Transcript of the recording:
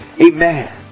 Amen